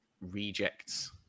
rejects